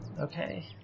okay